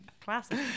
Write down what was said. Classic